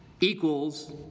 equals